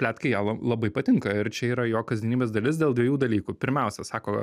pletkai ją la labai patinka ir čia yra jo kasdienybės dalis dėl dviejų dalykų pirmiausia sako